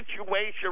situation